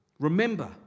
Remember